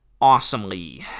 awesomely